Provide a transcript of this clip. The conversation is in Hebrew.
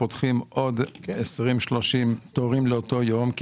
אנחנו פותחים עוד 30-20 תורים לאותו יום כי